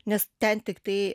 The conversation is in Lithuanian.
nes ten tiktai